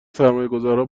سرمایهگذارها